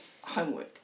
homework